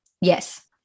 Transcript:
Yes